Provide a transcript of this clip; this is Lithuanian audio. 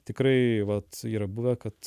tikrai vat yra buvę kad